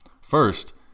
First